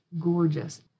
gorgeous